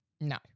No